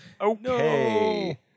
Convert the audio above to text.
Okay